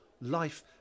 life